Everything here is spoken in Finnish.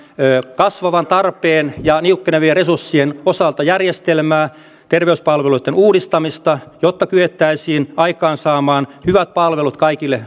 kasvavan tarpeen ja niukkenevien resurssien osalta järjestelmää terveyspalveluitten uudistamista jotta kyettäisiin aikaansaamaan hyvät palvelut kaikille